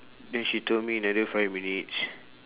then she told me another five minutes